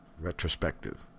Retrospective